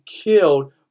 killed